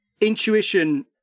intuition